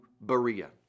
Berea